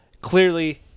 Clearly